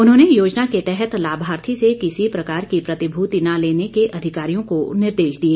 उन्होंने योजना के तहत लाभार्थी से किसी प्रकार की प्रतिभूति न लेने के अधिकारियों को निर्देश दिए